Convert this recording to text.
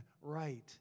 right